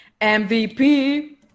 MVP